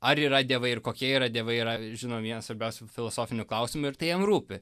ar yra dievai ir kokie yra dievai yra žinomi vienas svarbiausių filosofinių klausimų ir tai jam rūpi